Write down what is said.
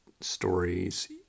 stories